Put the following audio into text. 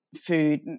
food